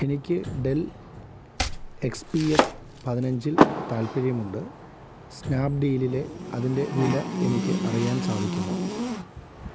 എനിക്ക് Dell X P S പതിനഞ്ചിൽ താൽപ്പര്യമുണ്ട് സ്നാപ്ഡീലിലെ അതിൻ്റെ വില എനിക്ക് അറിയാൻ സാധിക്കുമോ